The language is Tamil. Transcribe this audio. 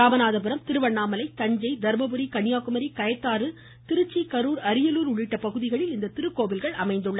ராமநாதபுரம் திருவண்ணாமலை தஞ்சை தர்மபுரி கன்னியாகுமரி கயத்தாறு திருச்சி கரூர் அரியலூர் உள்ளிட்ட பகுதிகளில் இந்த திருக்கோவில்கள் அமைந்துள்ளன